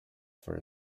for